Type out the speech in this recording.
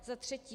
Za třetí.